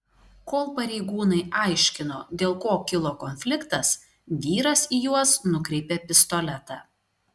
kol pareigūnai aiškino dėl ko kilo konfliktas vyras į juos nukreipė pistoletą